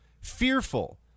fearful